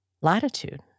latitude